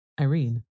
Irene